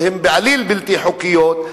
שהם בעליל בלתי חוקיות,